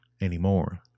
anymore